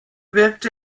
wirkte